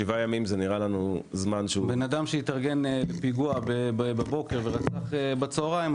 7 ימים נראה לי זמן --- בן אדם שהתארגן לפיגוע בבוקר ורצח בצוהריים,